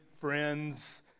friends